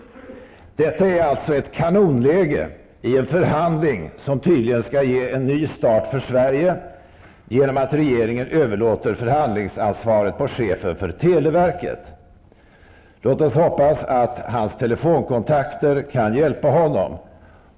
Detta är alltså ett kanonläge i en förhandling som tydligen skall ge en ny start för Sverige genom att regeringen överlåter förhandlingsansvaret till chefen för televerket. Låt oss hoppas att hans telefonkontakter kan hjälpa honom.